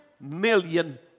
million